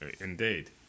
indeed